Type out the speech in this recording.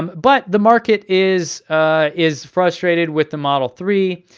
but the market is ah is frustrated with the model three.